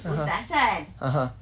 (uh huh) (uh huh)